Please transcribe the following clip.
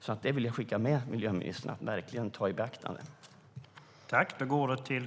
Jag vill alltså skicka med miljöministern en vädjan om att verkligen ta detta i beaktande.